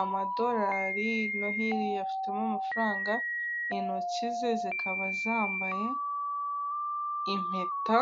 amadorari no hirya afitemo amafaranga. Intoki ze zikaba zambaye impeta.